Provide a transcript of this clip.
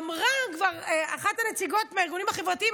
אמרה כבר אחת הנציגות מהארגונים החברתיים: